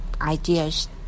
ideas